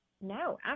No